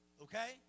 okay